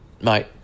mate